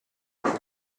but